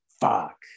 Fuck